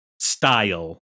style